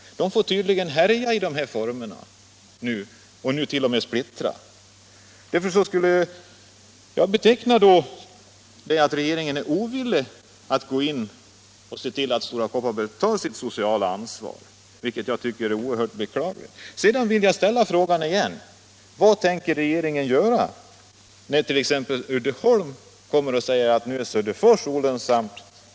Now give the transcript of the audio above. Detta företag får tydligen härja fritt på olika sätt och nu t.o.m. verka för splittring. Jag skulle vilja påstå att regeringen är ovillig att ingripa och se till att Stora Kopparberg tar sitt stora ansvar, och jag finner denna ovilja oerhört beklaglig. Jag vill återigen ställa följande fråga: Vad kommer regeringen att göra om Uddeholm gör gällande att Söderfors är olönsamt?